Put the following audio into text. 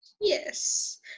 Yes